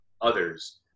others